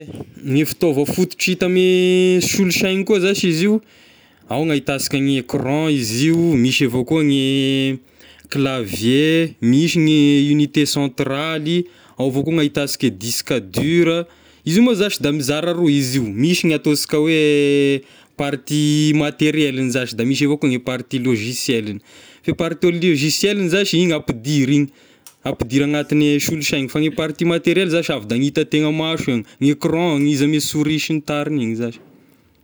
Ny fitaova fototra hita ame solosaina koa zashy izy io, ao ny ahitansika gne ecran izy io, misy avao koa gne clavier, misy ny unité centrale-y, ao avao koa ny ahitansika gne disque dure a, izy io ma zashy da mizara roa izy io, misy ny ataonsika hoe partie materieleny zashy da misy avao koa ny partie logiciel-ny, fa partie logociel-ny zashy igny ampidiry igny, ampidiry anatign'ny solosaina, fa ny partie materielle zashy avy da ny hita tegna maso igny, ny ecran ny izy ame souris sy ny tarigny igny zashy.